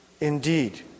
indeed